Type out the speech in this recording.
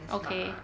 okay